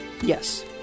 yes